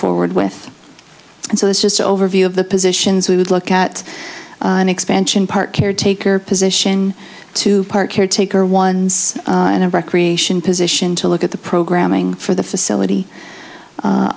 forward with and so that's just an overview of the positions we would look at an expansion part caretaker position to part caretaker ones and a recreation position to look at the programming for the facility